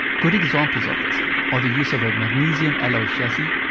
good examples of this are the use of a magnesium alloy chassis,